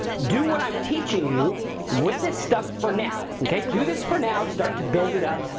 do what i'm teaching you with this stuff for now, okay? do this for now, start to build it up,